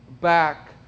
back